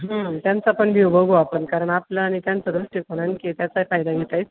हं त्यांचा पण व्ह्यू बघू आपण कारण आपलं आणि त्यांचं व्यवस्थित त्याचाही फायदा घेता येईल